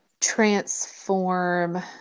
transform